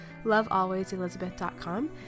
lovealwayselizabeth.com